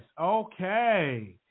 Okay